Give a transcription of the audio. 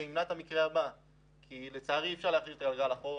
זה ימנע את המקרה הבא כי לצערי אי אפשר להחזיר את הגלגל אחורה.